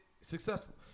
successful